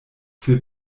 für